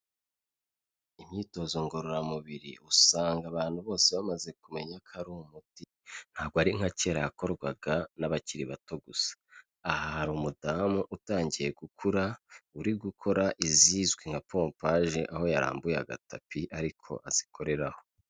Imyitozo ngororamubiri usanga abantu bose bamaze kumenya ko ari umuti ntabwo ari nka kera yakorwaga n'abakiri bato gusa, aha hari umudamu utangiye gukura uri gukora izizwi nka pompaje aho yarambuye agatapi ariko azikoreraho.